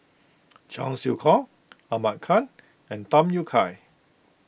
Cheong Siew Keong Ahmad Khan and Tham Yui Kai